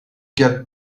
get